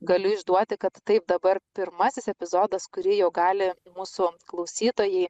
galiu išduoti kad taip dabar pirmasis epizodas kurį jau gali mūsų klausytojai